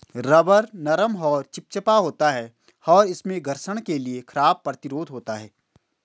rubber नरम और चिपचिपा होता है, और इसमें घर्षण के लिए खराब प्रतिरोध होता है